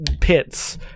pits